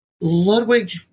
Ludwig